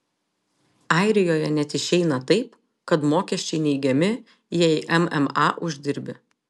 airijoje net išeina taip kad mokesčiai neigiami jei mma uždirbi